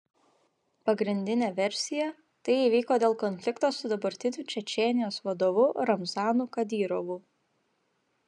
pagrindinė versija tai įvyko dėl konflikto su dabartiniu čečėnijos vadovu ramzanu kadyrovu